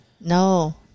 No